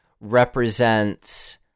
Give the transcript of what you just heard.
represents